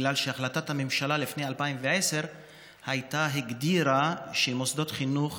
בגלל שהחלטת הממשלה לפני 2010 הגדירה שמוסדות חינוך